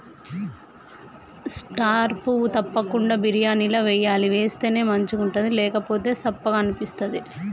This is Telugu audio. స్టార్ పువ్వు తప్పకుండ బిర్యానీల వేయాలి వేస్తేనే మంచిగుంటది లేకపోతె సప్పగ అనిపిస్తది